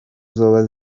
zoba